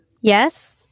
yes